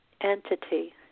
entity